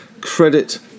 credit